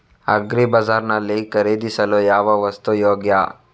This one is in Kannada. ಅಗ್ರಿ ಬಜಾರ್ ನಲ್ಲಿ ಖರೀದಿಸಲು ಯಾವ ವಸ್ತು ಯೋಗ್ಯ?